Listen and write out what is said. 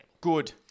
Good